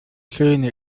schöne